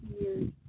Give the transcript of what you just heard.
years